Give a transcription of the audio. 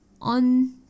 on